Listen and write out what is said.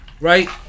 Right